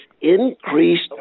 increased